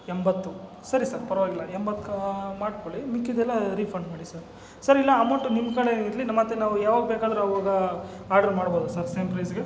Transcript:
ಎಂಬತ್ತು ಸರಿ ಸರ್ ಪರವಾಗಿಲ್ಲ ಎಂಬತ್ತಕ್ಕಾ ಮಾಡಿಕೊಳ್ಳಿ ಮಿಕ್ಕಿದೆಲ್ಲ ರೀಫಂಡ್ ಮಾಡಿ ಸರ್ ಸರ್ ಇಲ್ಲ ಅಮೌಂಟ್ ನಿಮ್ಕಡೆ ಇರಲಿ ಮತ್ತು ನಾವು ಯಾವಾಗ ಬೇಕಾದ್ರವಾಗ ಆರ್ಡರ್ ಮಾಡ್ಬೋದ ಸರ್ ಸೇಮ್ ಪ್ರೈಸ್ಗೆ